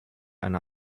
eine